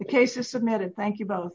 cases submitted thank you both